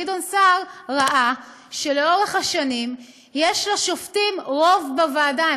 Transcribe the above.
גדעון סער ראה שלאורך השנים יש לשופטים רוב בוועדה.